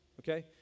okay